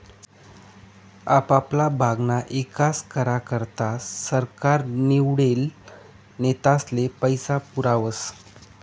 आपापला भागना ईकास करा करता सरकार निवडेल नेतास्ले पैसा पुरावस